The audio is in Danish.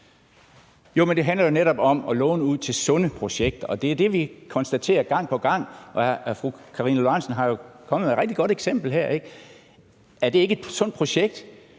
Jo, men det handler jo netop om at låne ud til sunde projekter. Det er det, vi konstaterer gang på gang. Fru Karina Lorentzen Dehnhardt er kommet med et rigtig godt eksempel her: Er det ikke et sundt projekt,